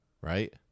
Right